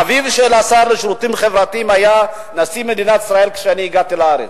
אביו של השר לשירותים חברתיים היה נשיא מדינת ישראל כשאני הגעתי לארץ.